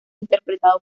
interpretado